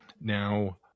now